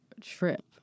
trip